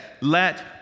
let